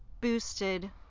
boosted